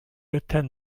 attend